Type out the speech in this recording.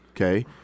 okay